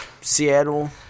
Seattle